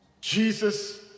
jesus